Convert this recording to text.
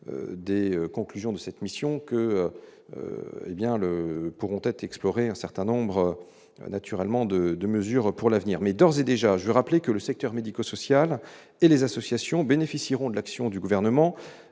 des conclusions de cette mission que hé bien le pourront être exploré un certain nombre naturellement de de mesures pour l'avenir, mais d'ores et déjà, je veux rappeler que le secteur médico-social et les associations bénéficieront de l'action du gouvernement